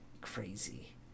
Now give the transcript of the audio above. crazy